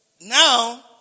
now